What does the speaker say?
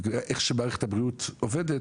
ואיך שמערכת הבריאות עובדת,